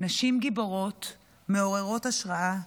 נשים גיבורות מעוררות השראה,